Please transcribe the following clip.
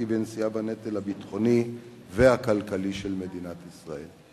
ונשיאה בנטל הביטחוני והכלכלי של מדינת ישראל.